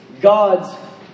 God's